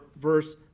verse